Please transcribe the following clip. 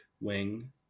wing